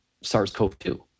SARS-CoV-2